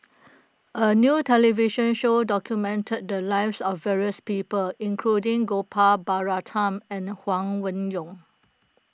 a new television show documented the lives of various people including Gopal Baratham and Huang Wenhong